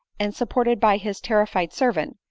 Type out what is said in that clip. and, supported by his terrified servant,